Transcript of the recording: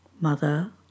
mother